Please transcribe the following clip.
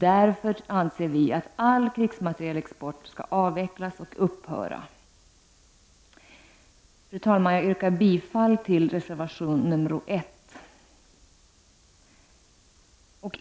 Därför anser vi att all krigsmaterielexport skall avvecklas och upphöra. Fru talman! Jag yrkar bifall till reservation 1.